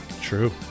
True